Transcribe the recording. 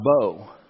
bow